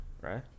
right